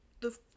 the-